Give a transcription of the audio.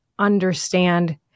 understand